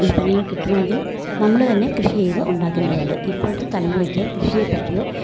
ഉൽപ്പന്നങ്ങൾ കിട്ടണമെങ്കിൽ നമ്മള് തന്നെ കൃഷി ചെയ്ത് ഉണ്ടാക്കേണ്ടതുണ്ട് ഇപ്പോഴത്തെ തലമുറയ്ക്ക് കൃഷിയെ പറ്റിയോ